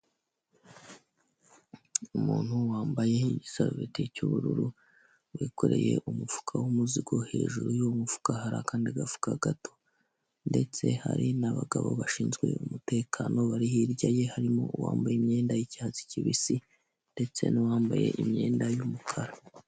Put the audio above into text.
Umuntu wambaye igisarubeti cy'ubururu wikoreye umufuka w'umuzigo hejuru y'uwo mufuka hari akandi gafuka gato. Ndetse hari n'abagabo bashinzwe umutekano bari hirya ye harimo uwambaye imyenda y'icyatsi kibisi ndetse n'uwambaye imyenda y'umukara.